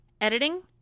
editing